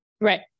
right